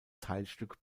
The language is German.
teilstück